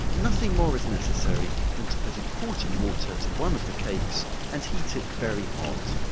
nothing more is necessary, than to put a quart of water to one of the cakes, and heat it very hot.